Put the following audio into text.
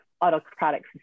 autocratic